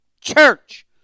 church